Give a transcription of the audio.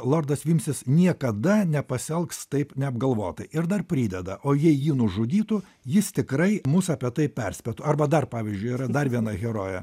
lordas vimsis niekada nepasielgs taip neapgalvotai ir dar prideda o jei jį nužudytų jis tikrai mus apie tai perspėtų arba dar pavyzdžiui yra dar viena herojė